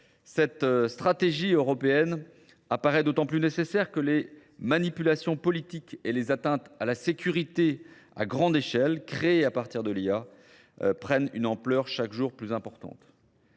Cette stratégie européenne apparaît d'autant plus nécessaire que les manipulations politiques et les atteintes à la sécurité à grande échelle créées à partir de l'IA prennent une ampleur chaque jour plus importante.